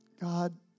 God